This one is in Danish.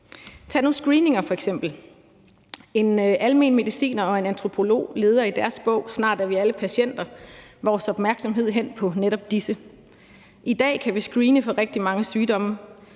f.eks. screeninger. En almen mediciner og en antropolog leder i deres bog »Snart er vi alle patienter« vores opmærksomhed hen på netop disse. I dag kan vi screene for rigtig mange sygdomme,